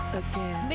again